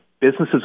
businesses